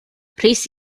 rhys